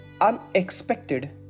unexpected